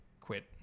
Quit